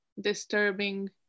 disturbing